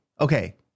Okay